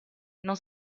non